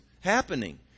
happening